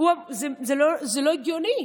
זה לא הגיוני.